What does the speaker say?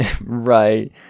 Right